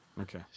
Okay